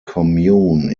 commune